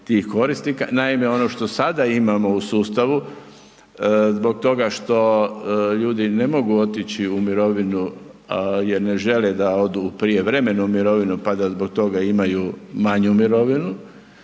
tih korisnika. Naime, ono što sada imamo u sustavu zbog toga što ljudi ne mogu otići u mirovinu jer ne žele da odu u prijevremenu mirovinu, pa da zbog toga imaju manju mirovinu,